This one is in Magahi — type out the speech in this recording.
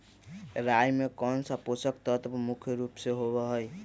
राई में कौन सा पौषक तत्व मुख्य रुप से होबा हई?